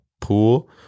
pool